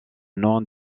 nom